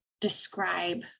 describe